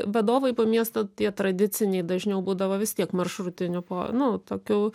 vadovai po miestą tie tradiciniai dažniau būdavo vis tiek maršrutiniu po nu tokiu